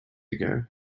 ago